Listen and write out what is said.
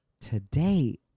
today